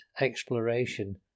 exploration